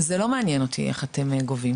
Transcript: זה לא מעניין אותי איך אתם גובים.